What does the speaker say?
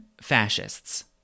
fascists